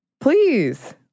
please